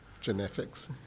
Genetics